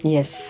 Yes